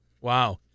Wow